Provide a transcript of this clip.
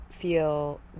feel